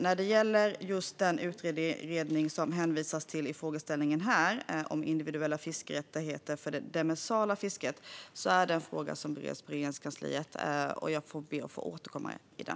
När det gäller just den utredning om individuella fiskerättigheter för det demersala fisket som frågeställaren hänvisar till är detta en fråga som bereds i Regeringskansliet. Jag ber att få återkomma i den.